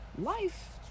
Life